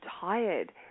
tired